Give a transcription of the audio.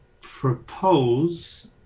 propose